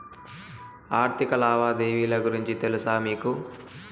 ఆర్థిక లావాదేవీల గురించి తెలుసా మీకు